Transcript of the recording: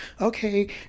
okay